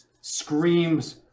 screams